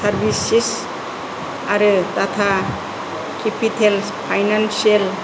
services आरो Tata capital financial